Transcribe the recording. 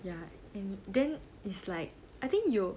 ya and then the it's like I think 有